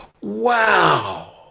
wow